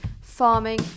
farming